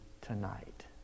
tonight